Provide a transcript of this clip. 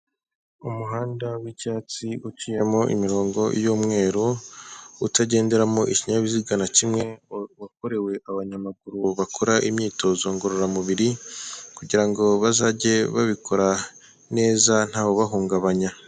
Umuhanda w'icyatsi uciyemo imirongo y'umweru utagenderamo ikinyabiziga na kimwe, wakorewe abanyamaguru bakora imyitozo ngororamubiri kugirango bazajye babikora neza ntawe ubahungabanya.